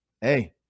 hey